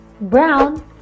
brown